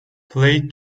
play